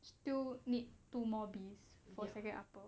still need two more Bs for second upper